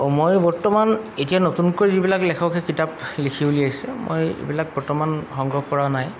অঁ মই বৰ্তমান এতিয়া নতুনকৈ যিবিলাক লেখকে কিতাপ লিখি উলিয়াইছে মই এইবিলাক বৰ্তমান সংগ্ৰহ কৰা নাই